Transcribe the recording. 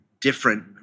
different